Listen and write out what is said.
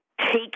take